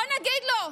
בואו נגיד לו.